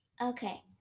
Okay